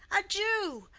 a jew,